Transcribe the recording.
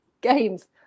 games